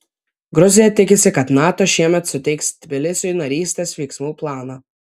gruzija tikisi kad nato šiemet suteiks tbilisiui narystės veiksmų planą